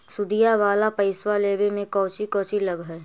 सुदिया वाला पैसबा लेबे में कोची कोची लगहय?